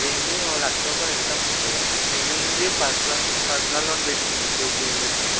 దీనికి ఒక లక్షరూపాయలు ఇస్తాం అండి మిగిలింది పర్సనల్ పర్సనల్ లోన్ పెట్టుకోండి షూరిటీలు తెచ్చి